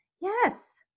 yes